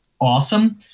awesome